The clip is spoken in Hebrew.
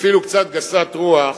אפילו קצת גסת רוח